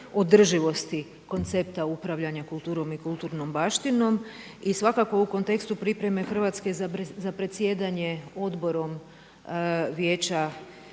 održivosti koncepta upravljanja kulturom i kulturnom baštinom. I svakako u kontekstu pripreme Hrvatske za predsjedanje Odborom vijeća,